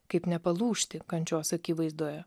kaip nepalūžti kančios akivaizdoje